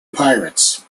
pirates